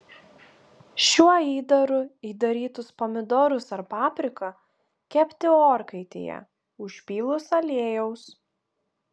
šiuo įdaru įdarytus pomidorus ar papriką kepti orkaitėje užpylus aliejaus